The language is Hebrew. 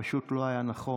זה פשוט לא היה נכון.